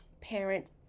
parent